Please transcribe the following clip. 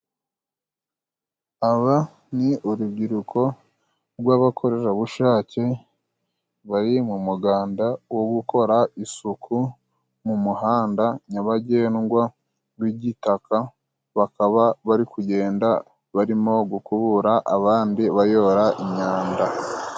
Aba ni urubyiruko rw'abakorerabushake bari mu muganda wo gukora isuku mu muhanda nyabagendwa gw' igitaka, bakaba bari kugenda barimo gukubura abandi bayora imyanda.